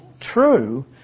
true